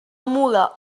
mula